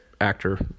actor